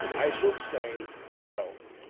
i should say no.